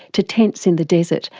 to tents in the desert,